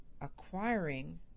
acquiring